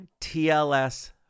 TLS